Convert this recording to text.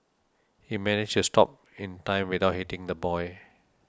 he managed to stop in time without hitting the boy